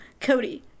Cody